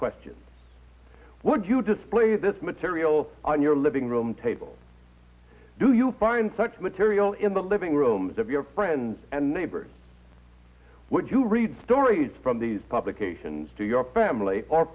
questions what you display this material on your living room table do you find such material in the living rooms of your friends and neighbors would you read stories from these publications to your family or